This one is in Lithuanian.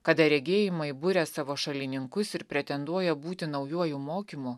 kada regėjimai buria savo šalininkus ir pretenduoja būti naujuoju mokymu